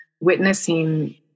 witnessing